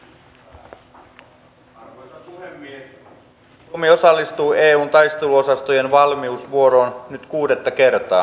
suomi osallistuu eun taisteluosastojen valmiusvuoroon nyt kuudetta kertaa